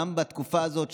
גם בתקופה הזאת,